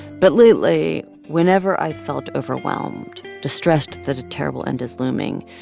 but lately, whenever i felt overwhelmed, distressed that terrible end is looming,